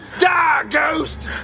die ghost!